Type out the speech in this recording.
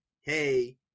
hey